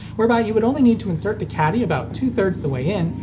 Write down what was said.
whereby you would only need to insert the caddy about two three the way in,